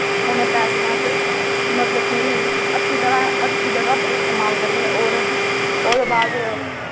उ'नें पैसे दा अस मतलब कि अच्छी तरह् अच्छी जगह् उप्पर इस्तेमाल करने और ओह्दे बाद